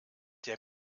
der